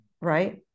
right